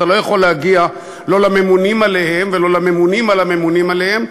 אתה לא יכול להגיע לא לממונים עליהם ולא לממונים על הממונים עליהם,